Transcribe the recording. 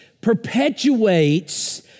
perpetuates